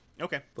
Okay